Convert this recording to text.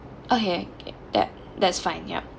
okay that that's fine yup